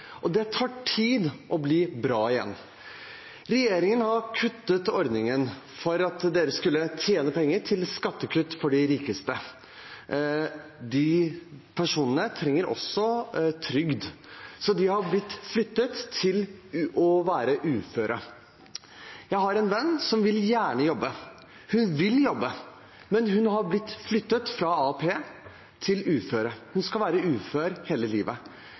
og det tar tid å bli bra igjen. Regjeringen har kuttet ordningen for å tjene penger til skattekutt for de rikeste. De personene jeg refererte til, trenger også trygd, så de har blitt flyttet over til uføretrygd. Jeg har en venn som gjerne vil jobbe. Hun vil jobbe, men hun har blitt flyttet fra AAP-ordningen til uføretrygd. Hun skal være ufør hele livet.